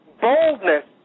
boldness